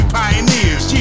pioneers